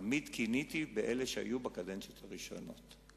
תמיד קינאתי באלה שהיו בקדנציות הראשונות.